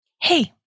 hey